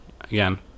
again